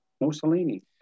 Mussolini